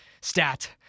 stat